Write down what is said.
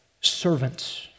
Servants